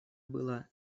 было